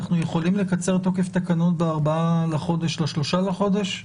אנחנו יכולים לקצר תוקף תקנות ב-4 בחודש ל-3 בחודש?